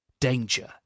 DANGER